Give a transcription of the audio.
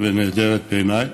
ונהדרת בעיניי,